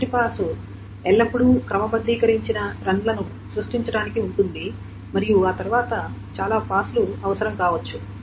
మొదటి పాస్ ఎల్లప్పుడూ క్రమబద్ధీకరించబడిన రన్ లను సృష్టించడానికి ఉంటుంది మరియు ఆ తర్వాత చాలా పాస్లు అవసరంకావచ్చు